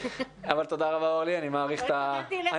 אבל תודה רבה, אני מעריך את הפרשנות...